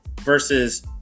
versus